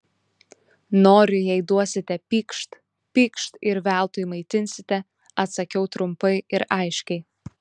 noriu jei duosite pykšt pykšt ir veltui maitinsite atsakiau trumpai ir aiškiai